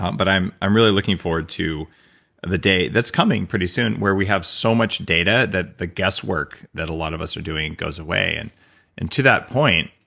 um but i'm i'm really looking forward to the day that's coming pretty soon, where we have so much data that the guess work that a lot of us are doing goes away. and and to that point,